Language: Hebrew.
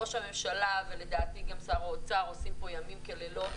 ראש הממשלה ולדעתי גם שר האוצר עושים פה לילות כימים